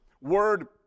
Word